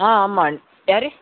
ஆ ஆமாம் யார்